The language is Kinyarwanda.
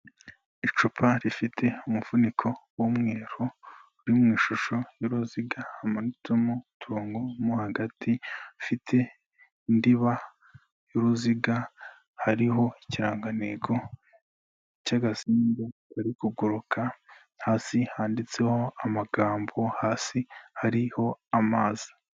Icupa rifite umuvuniko w'umweru uri mu ishusho y'uruziga hamanutsemo utungo mo hagati afite indiba y'uruziga hariho ikirangantego cy'agasimba kari kuguruka, hasi handitseho amagambo hasi hariho amazi..